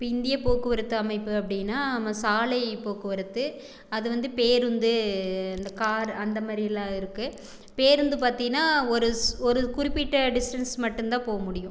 இப்போ இந்தியப் போக்குவரத்து அமைப்பு அப்படின்னா நம்ம சாலை போக்குவரத்து அது வந்து பேருந்து இந்த கார் அந்த மாதிரிலாம் இருக்கு பேருந்து பாத்தீங்னா ஒரு ஒரு குறிப்பிட்ட டிஸ்டன்ஸ் மட்டும் தான் போக முடியும்